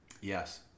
Yes